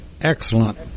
excellent